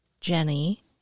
Jenny